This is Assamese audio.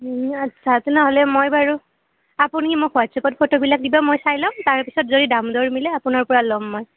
আচ্ছা তেনেহ'লে মই বাৰু আপুনি মোক হোৱাটছআপত ফটোবিলাক দিব মই চাই ল'ম তাৰপাছত যদি দাম দৰ মিলে আপোনাৰপৰা ল'ম মই